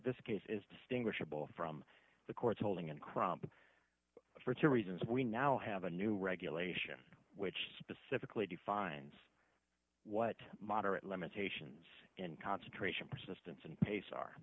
this case is distinguishable from the court's holding in crump for two reasons we now have a new regulation which specifically defines what moderate limitations and concentration persistence and pastes our